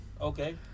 Okay